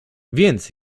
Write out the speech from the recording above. więc